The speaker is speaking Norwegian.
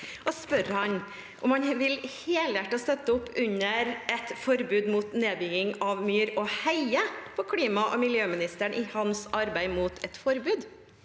og spørre ham: Vil han helhjertet støtte opp under et forbud mot nedbygging av myr og heie på klima- og miljøministeren i hans arbeid på vei mot et forbud?